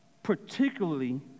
particularly